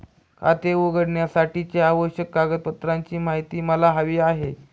खाते उघडण्यासाठीच्या आवश्यक कागदपत्रांची माहिती मला हवी आहे